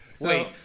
Wait